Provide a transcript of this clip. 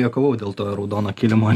juokavau dėl to raudono kilimo